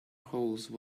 hose